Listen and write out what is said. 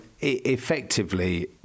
effectively